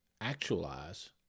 actualize